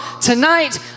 tonight